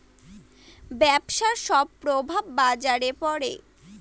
ব্যবসার সব প্রভাব বাজারে পড়ে